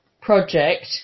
project